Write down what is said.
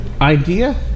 idea